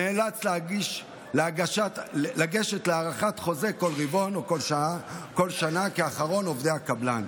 ונאלץ לגשת להארכת חוזה בכל רבעון או בכל שנה כאחרון עובדי הקבלן,